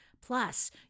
Plus